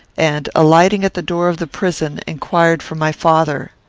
and, alighting at the door of the prison, inquired for my father.